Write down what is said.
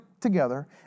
together